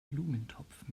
blumentopf